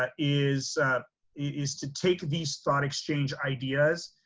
but is is to take these thought exchange ideas,